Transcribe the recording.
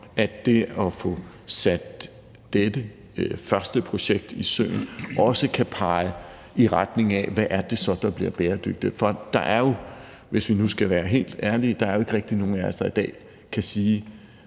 at det at få sat dette første projekt i søen også kan pege i retning af, hvad det så er, der bliver bæredygtigt. For der er jo, hvis vi nu skal være helt ærlige, ikke rigtig nogen af os, der i dag kan sige,